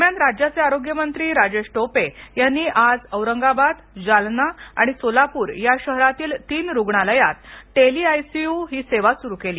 दरम्यान आरोग्यमंत्री राजेश टोपे यांनी आज औरंगाबाद जालना आणि सोलापूर या शहरातील तीन रुग्णालयात टेली आय सी यु ही सेवा सुरु केली